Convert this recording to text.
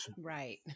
Right